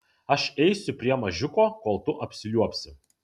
aš eisiu prie mažiuko kol tu apsiliuobsi